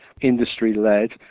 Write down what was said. industry-led